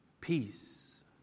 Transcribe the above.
Peace